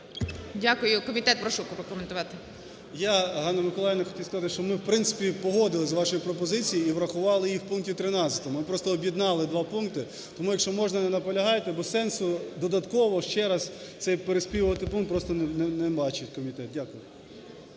Дякую. Комітет, прошу прокоментувати. 11:17:14 КНЯЗЕВИЧ Р.П. Я, Ганна Миколаївна, хотів сказати, що ми в принципі погодились з вашою пропозицією і врахували її в пункті 13, ми просто об'єднали два пункти. Тому, якщо можна не наполягайте, бо сенсу додатково ще раз цей переспівувати пункт просто не бачить комітет. Дякую.